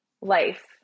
life